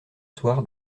soir